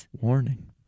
Warning